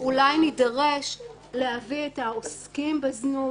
אולי נידרש להביא את העוסקים בזנות.